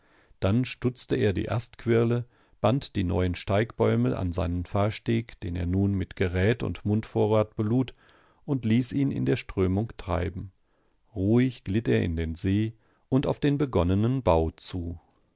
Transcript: dann stutzte er die astquirle band die neuen steigbäume an seinen fahrsteg den er nun mit gerät und mundvorrat belud und ließ ihn in der strömung treiben ruhig glitt er in den see und auf den begonnenen bau zu